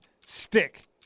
stick